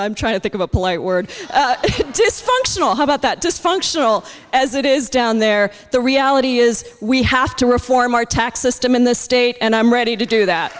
i'm trying to think of a polite word dysfunctional how about that dysfunctional as it is down there the reality is we have to reform our tax system in this state and i'm ready to do that